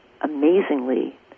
amazingly